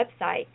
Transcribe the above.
website